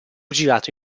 girato